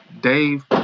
Dave